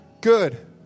Good